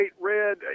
red